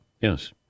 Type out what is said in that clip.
Yes